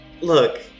Look